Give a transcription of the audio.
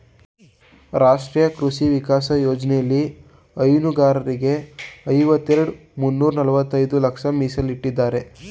ರಾಷ್ಟ್ರೀಯ ಕೃಷಿ ವಿಕಾಸ ಯೋಜ್ನೆಲಿ ಹೈನುಗಾರರಿಗೆ ಐವತ್ತೆರೆಡ್ ಮುನ್ನೂರ್ನಲವತ್ತೈದು ಲಕ್ಷ ಮೀಸಲಿಟ್ಟವ್ರೆ